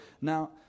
Now